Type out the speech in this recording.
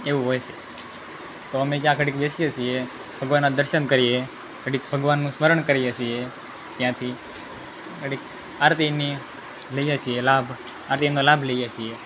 એવું હોય છે તો અમે ત્યાં ઘડીક બેસીએ છીએ ભગવાનનાં દર્શન કરીએ ઘડીક ભગવાનનું સ્મરણ કરીએ છીએ ત્યાંથી ઘડીક આરતીની લઈએ છીએ લાભ આરતીનો લાભ લઈએ છીએ